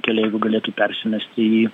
keleivių galėtų persimesti į